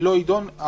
לא יידון.